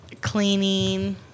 cleaning